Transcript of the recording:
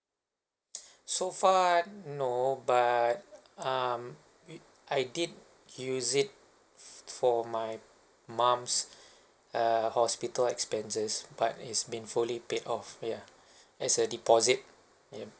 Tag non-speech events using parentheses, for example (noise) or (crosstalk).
(breath) so far no but um I did use it for my mum's err hospital expenses but it's been fully paid off yeah as a deposit yup